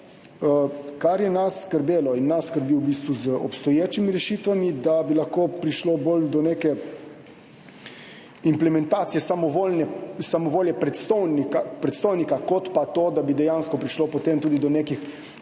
Kar je nas skrbelo in nas v bistvu skrbi pri obstoječih rešitvah, da bi lahko prišlo bolj do neke implementacije samovolje predstojnika kot pa to, da bi potem dejansko prišlo tudi do nekih